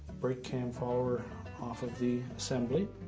brake cam follower off of the assembly